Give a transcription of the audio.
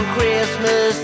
Christmas